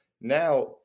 Now